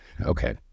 Okay